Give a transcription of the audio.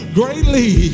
greatly